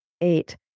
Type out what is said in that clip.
eight